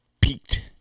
peaked